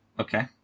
Okay